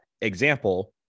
example